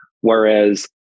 whereas